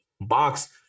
box